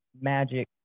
magic